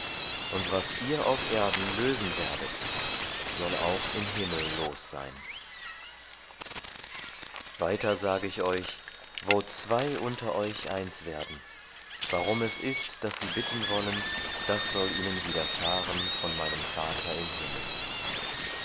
und was ihr auf erden lösen werdet soll auch im himmel los sein weiter sage ich euch wo zwei unter euch eins werden warum es ist daß sie bitten wollen das soll ihnen widerfahren von meinem vater im himmel